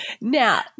Now